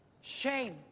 Shame